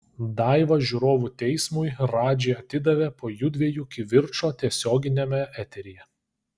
daivą žiūrovų teismui radži atidavė po jųdviejų kivirčo tiesioginiame eteryje